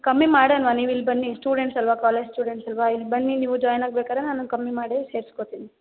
ಕಮ್ಮಿ ಮಾಡೋಣ ನೀವಿಲ್ಲಿ ಬನ್ನಿ ಸ್ಟೂಡೆಂಟ್ಸ್ ಅಲ್ಲವಾ ಕಾಲೇಜ್ ಸ್ಟೂಡೆಂಟ್ಸ್ ಅಲ್ಲವಾ ಇಲ್ಲಿ ಬನ್ನಿ ನೀವು ಜಾಯ್ನ್ ಆಗ್ಬೇಕಾದರೆ ನಾನು ಕಮ್ಮಿ ಮಾಡಿ ಸೇರ್ಸ್ಕೊತೀನಿ